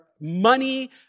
money